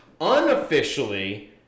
unofficially